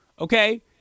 Okay